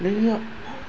நீங்க